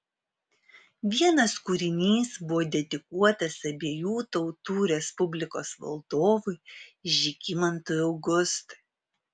vienas kūrinys buvo dedikuotas abiejų tautų respublikos valdovui žygimantui augustui